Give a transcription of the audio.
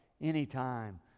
anytime